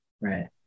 Right